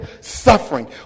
suffering